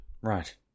Right